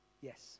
Yes